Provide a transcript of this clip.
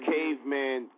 Caveman